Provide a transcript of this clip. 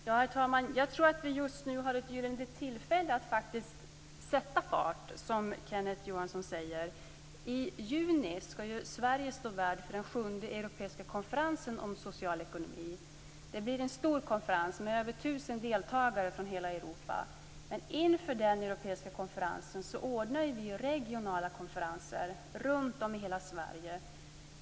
Herr talman! Jag tror att vi just nu har ett gyllene tillfälle att faktiskt sätta fart, som Kenneth Johansson säger. I juni ska ju Sverige stå värd för den sjunde europeiska konferensen om social ekonomi. Det blir en stor konferens med över tusen deltagare från hela Europa. Inför denna europeiska konferens anordnar vi regionala konferenser runtom i hela Sverige.